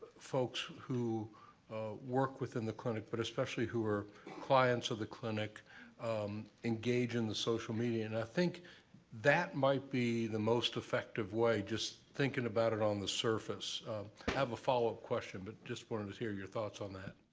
folks who work within the clinic but especially who are clients of the clinic engage in the social media, and i think that might be the most effective way, just thinking about it on the surface. i have a follow-up question, but just wanted to hear your thoughts on that.